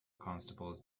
constables